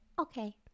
Okay